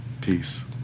peace